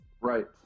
right